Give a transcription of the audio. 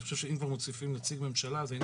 אני חושב שאם כבר מוסיפים נציג ממשלה אז היינו